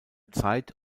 zeit